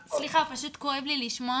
סליחה, פשוט כואב לי לשמוע.